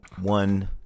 one